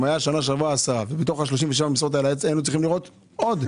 אם היה בשנה שעברה עשרה ובתוך ה-37 משרות האלה היינו צריכים לראות עוד.